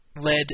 led